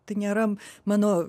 tai nėra mano